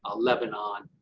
ah lebanon,